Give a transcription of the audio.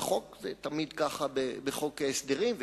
כשמעלים את המע"מ,